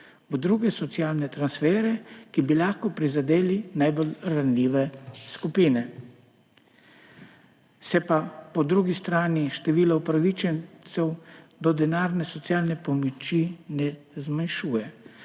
v druge socialne transfere, ki bi lahko prizadeli najbolj ranljive skupine. Se pa po drugi strani število upravičencev do denarne socialne pomoči ne zmanjšuje.